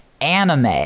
anime